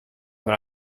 dans